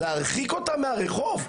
להרחיק אותם מהרחוב.